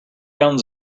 guns